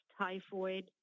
typhoid